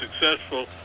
successful